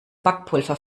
backpulver